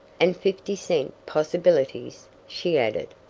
and fifty-cent possibilities, she added.